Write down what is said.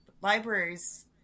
Libraries